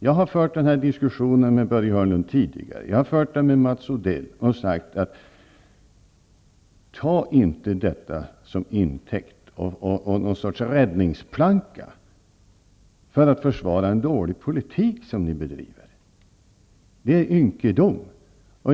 Jag har tidigare fört denna diskussion med Börje Hörnlund och Mats Odell och sagt att detta inte får användas som ett slags räddningsplanka för att försvara en dålig politik, som ni bedriver. Det är ynkedom!